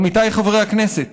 עמיתיי חברי הכנסת.